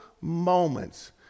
moments